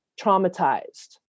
traumatized